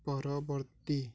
ପରବର୍ତ୍ତୀ